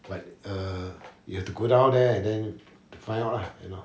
but err you have to go down there and then find out lah you know